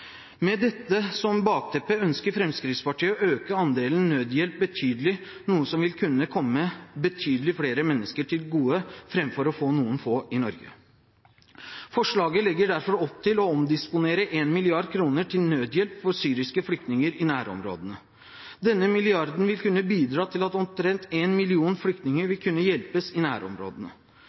Med dette som bakteppe ønsker Fremskrittspartiet å øke andelen nødhjelp betydelig, noe som vil kunne komme betydelig flere mennesker til gode framfor å få noen få til Norge. Forslaget legger derfor opp til å omdisponere 1 mrd. kr til nødhjelp for syriske flyktninger i nærområdene. Denne milliarden vil kunne bidra til at omtrent 1 million flyktninger vil kunne hjelpes i nærområdene.